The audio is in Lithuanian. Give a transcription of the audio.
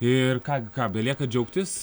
ir ką ką belieka džiaugtis